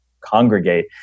congregate